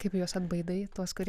kaip juos atbaidai tuos kurie